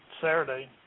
Saturday